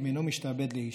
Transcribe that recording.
אם אינו משתעבד לאיש",